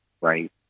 right